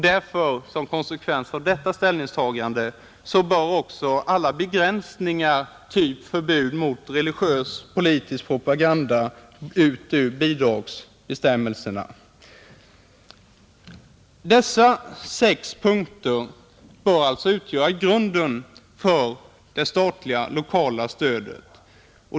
Såsom konsekvens av detta ställningstagande bör också alla begränsningar av typ förbud mot religiös eller politisk propaganda tas bort ur bidragsbestämmelserna. Dessa sex punkter bör alltså utgöra grunden för det statliga lokala stödet.